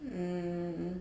um